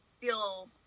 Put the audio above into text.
feel